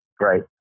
Right